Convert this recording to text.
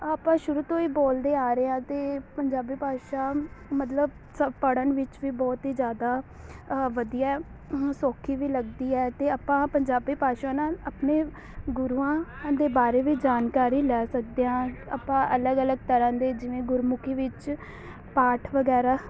ਆਪਾਂ ਸ਼ੁਰੂ ਤੋਂ ਹੀ ਬੋਲਦੇ ਆ ਰਹੇ ਹਾਂ ਅਤੇ ਪੰਜਾਬੀ ਭਾਸ਼ਾ ਮਤਲਬ ਸ ਪੜ੍ਹਨ ਵਿੱਚ ਵੀ ਬਹੁਤ ਹੀ ਜ਼ਿਆਦਾ ਵਧੀਆ ਸੌਖੀ ਵੀ ਲੱਗਦੀ ਹੈ ਅਤੇ ਆਪਾਂ ਪੰਜਾਬੀ ਭਾਸ਼ਾ ਨਾਲ ਆਪਣੇ ਗੁਰੂਆਂ ਦੇ ਬਾਰੇ ਵੀ ਜਾਣਕਾਰੀ ਲੈ ਸਕਦੇ ਹਾਂ ਆਪਾਂ ਅਲੱਗ ਅਲੱਗ ਤਰ੍ਹਾਂ ਦੇ ਜਿਵੇਂ ਗੁਰਮੁਖੀ ਵਿੱਚ ਪਾਠ ਵਗੈਰਾ